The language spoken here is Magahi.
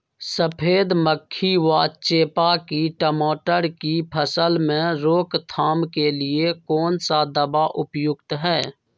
सफेद मक्खी व चेपा की टमाटर की फसल में रोकथाम के लिए कौन सा दवा उपयुक्त है?